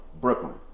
Brooklyn